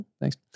Thanks